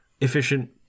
efficient